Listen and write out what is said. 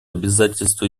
обязательство